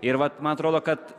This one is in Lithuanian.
ir vat man atrodo kad